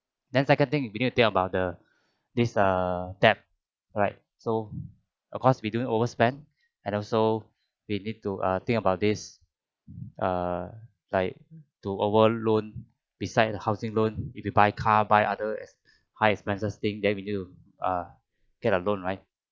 then second thing we need to think about the this err debt right so of course we don't overspend and also we need to uh think about this err like to over loan beside the housing loan if you buy car buy other ex~ high expenses thing then we need to uh get a loan right